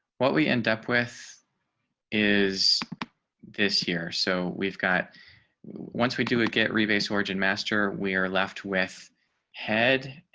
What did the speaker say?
what we end up with is this year. so we've got once we do it get reverse origin master, we are left with head.